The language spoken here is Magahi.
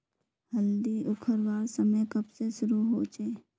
हल्दी उखरवार समय कब से शुरू होचए?